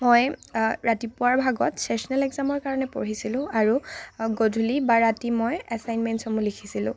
মই ৰাতিপুৱাৰ ভাগত ছেচ'নেল একজামৰ কাৰণে পঢ়িছিলোঁ আৰু গধূলি বা ৰাতি মই এছাইনমেন্টছসমূহ লিখিছিলো